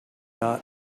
not